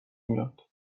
میاد